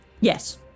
Yes